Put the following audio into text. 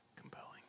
compelling